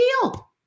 deal